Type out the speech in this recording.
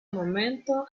momento